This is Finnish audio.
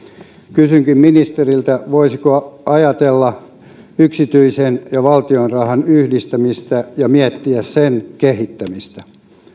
kysynkin ministeriltä voisiko ajatella yksityisen ja valtion rahan yhdistämistä ja miettiä sen kehittämistä